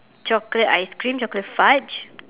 chocolate ice cream chocolate fudge